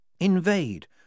Invade